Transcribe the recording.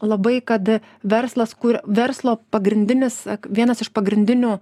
labai kad verslas kur verslo pagrindinis ak vienas iš pagrindinių